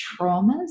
traumas